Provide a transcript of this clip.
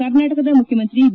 ಕರ್ನಾಟಕದ ಮುಖ್ಯಮಂತ್ರಿ ಬಿ